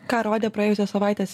ką rodė praėjusios savaitės